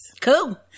Cool